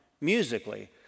musically